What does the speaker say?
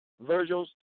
Virgil's